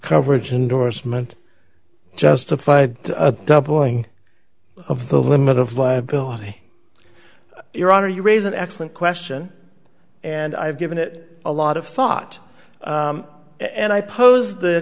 coverage indorsement justify a doubling of the limit of viability your honor you raise an excellent question and i have given it a lot of thought and i pose the